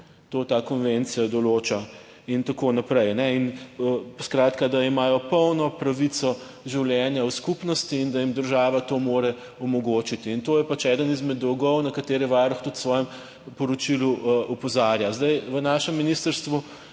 To ta konvencija določa in tako naprej. Skratka da imajo polno pravico življenja v skupnosti in da jim država to mora omogočiti. To je pač eden izmed dolgov, na katere Varuh tudi v svojem poročilu opozarja. Na našem ministrstvu